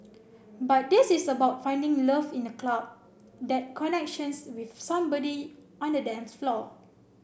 but this is about finding love in the club that connections with somebody on the dance floor